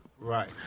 Right